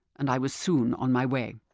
and i was soon on my way.